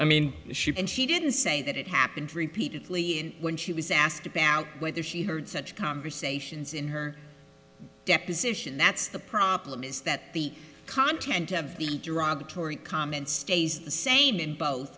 i mean and she didn't say that it happened repeatedly and when she was asked about whether she heard such conversations in her deposition that's the problem is that the content of the derogatory comments stays the same in both